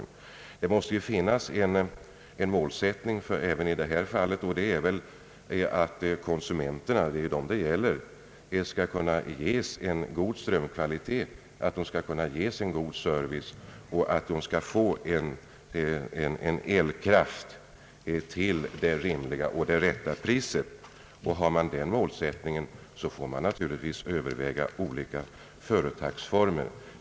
Det måste ju finnas en målsättning även i detta fall, nämligen att konsumenterna — det är ju dem det gäller — skall kunna ges en god strömkvalitet och en god service och att konsumenterna skall få en elkraft till det rimliga och rätta priset. Har man den målsättningen, får man naturligtvis överväga olika företagsformer.